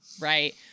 Right